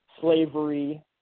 slavery